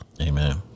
Amen